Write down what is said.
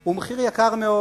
הוא מחיר יקר מאוד.